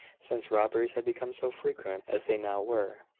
since robberies had become so frequent as they now were,